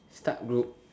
start group